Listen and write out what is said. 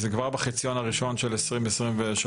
זה כבר בחציון הראשון של 2023,